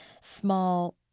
small